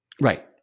Right